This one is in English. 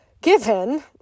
given